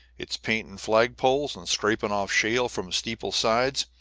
it's painting flagpoles, and scraping off shale from a steeple's sides,